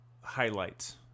highlights